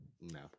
No